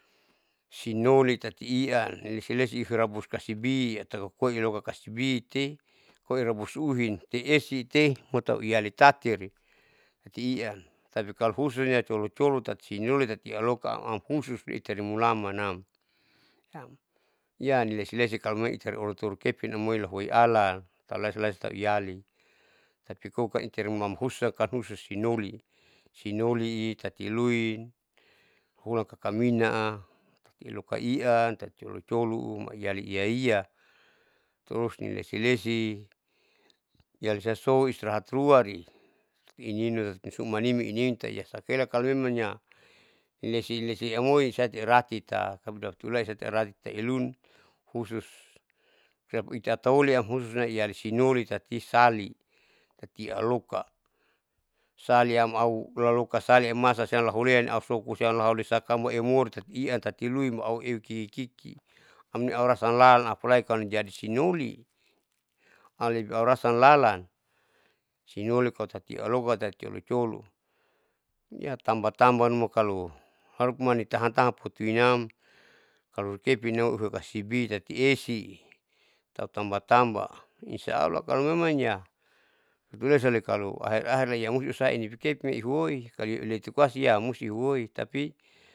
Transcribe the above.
Sinoli tati ian ilesi lesi rabusnkasibian ihaupoi iloka kasbian koirabus uhinte esite potu tauialitati ian tapikalo kahusunia colu colu tati sinoli tati ialokaam husus itari mulaman nam, hiyali lesi lesi kalomai itari koukepin amoi lahuoi alan tapi lasi lasi tauiali tapi koka iterimam husa kalo husus sinoli sinolii tatiluin hulan takaminaa lupa ian colucolu iali iaia tarus nilesi lesi ialisaso istirahat ruali ininu tati usu manimi iasakaela kalo memangnya ilesi lesi amoi sati ratita, aratite ilun husus siam iataoliam husus iali sinoli tati sali tati aloka, saliam aulokasali imasa lahulean ahusogo siam hauloisaka humorin tatiian tati luin aueki kiki ani aurasa lalan baikalo nijadi sinoli lebi aurasa lalan sinolii tautati iloka tati loi colo colo hiayatamba tamba numa kalo harupu mani tahan tahan lutuinaam kalo kepinam uhoi kasibi tati esi tahu tamba tamba insya allah kalomemang yaupulesa likalo ahiri iyamusti isai kepin ihuoi kalo ireti koasi yaaumusti ihuoi tapi.